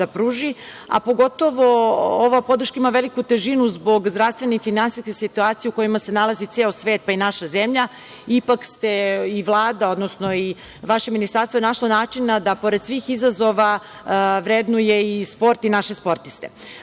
a pogotovo ova podrška ima veliku težinu zbog zdravstvenih i finansijske situacije u kojoj se nalazi ceo svet, pa i naša zemlja. Ipak ste i Vlada, odnosno i vaše ministarstvo je našlo načina da pored svih izazova vrednuje i sport i naše sportiste. Moram